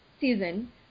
season